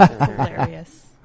Hilarious